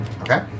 Okay